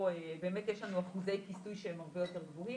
באמת יש לנו אחוזי כיסוי שהם הרבה יותר גבוהים,